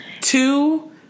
Two